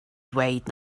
ddweud